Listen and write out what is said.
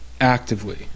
actively